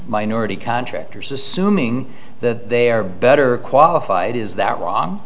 minority contractors assuming that they are better qualified is that wrong